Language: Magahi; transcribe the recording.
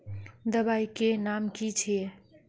दबाई के नाम की छिए?